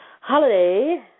holiday